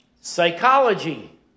psychology